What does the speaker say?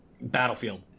Battlefield